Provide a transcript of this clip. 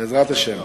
בעזרת השם.